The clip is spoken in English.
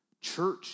church